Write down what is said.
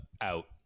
out